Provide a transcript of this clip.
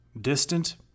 distant